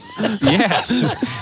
Yes